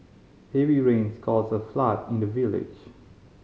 heavy rains caused a flood in the village